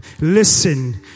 Listen